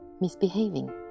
misbehaving